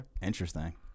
Interesting